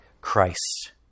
Christ